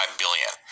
billion